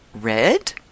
Red